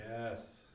Yes